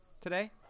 today